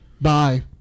Bye